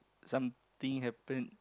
some thing happened